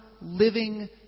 living